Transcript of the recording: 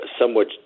somewhat